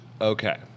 okay